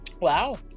wow